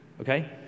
Okay